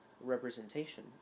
representation